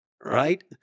right